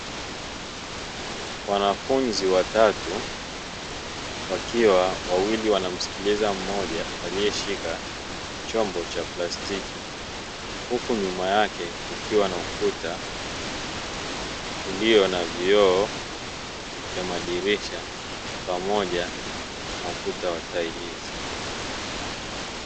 Wanafunzi watatu wakiwa wawili wanamsikiliza mmoja aliyeshika chombo cha plastiki, huku nyuma yake kukiwa na ukuta ulio na vioo vya madirisha pamoja na ukuta wa vigae.